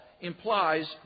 Implies